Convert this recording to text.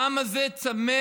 העם הזה צמא,